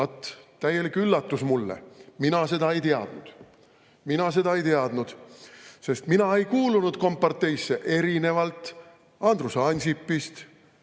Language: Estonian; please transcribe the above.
täielik üllatus mulle, mina seda ei teadnud. Mina seda ei teadnud, sest mina ei kuulunud komparteisse, erinevalt Andrus Ansipist